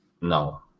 no